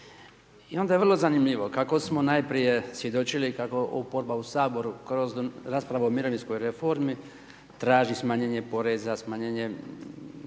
I onda je vrlo zanimljivo kako smo najprije svjedočili kako oporba u Saboru kroz raspravu o mirovinskoj reformi, traži smanjenje poreze, smanjenje